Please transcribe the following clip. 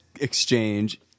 exchange